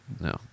no